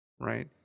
right